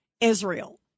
Israel